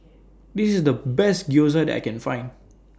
This IS The Best Gyoza I Can Find